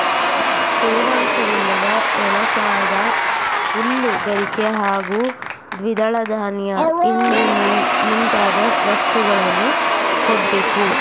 ತೇವಾಂಶವಿಲ್ಲದ ಎಳಸಾದ ಹುಲ್ಲು ಗರಿಕೆ ಹಾಗೂ ದ್ವಿದಳ ಧಾನ್ಯ ಹಿಂಡಿ ಮುಂತಾದ ವಸ್ತುಗಳನ್ನು ಕೊಡ್ಬೇಕು